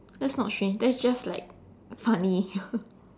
that's not strange that is just like funny